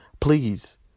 please